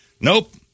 nope